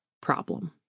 problem